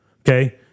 Okay